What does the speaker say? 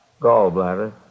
Gallbladder